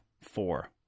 four